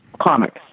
comics